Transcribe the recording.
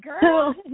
girl